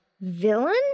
villain